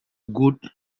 good